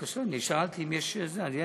לי אין בעיה.